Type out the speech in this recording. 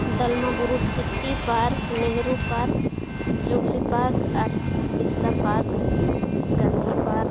ᱫᱚᱞᱢᱟ ᱵᱩᱨᱩ city park Nehru park jubilee park ᱟᱨ Birsa park Gandhi park